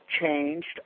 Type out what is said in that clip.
changed